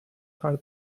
are